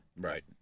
Right